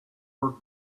for